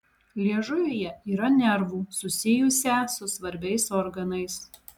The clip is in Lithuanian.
liežuvyje yra nervų susijusią su svarbiais organais